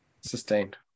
Sustained